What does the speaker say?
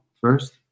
first